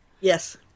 Yes